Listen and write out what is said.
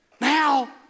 Now